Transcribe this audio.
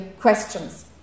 questions